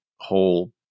whole